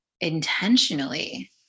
intentionally